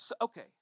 okay